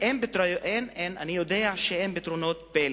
אני יודע שאין פתרונות פלא